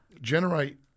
generate